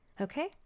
okay